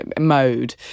mode